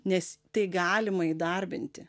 nes tai galima įdarbinti